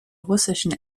russischen